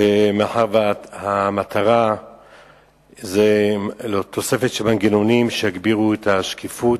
מאחר שהמטרה היא תוספת של מנגנונים שיגבירו את השקיפות,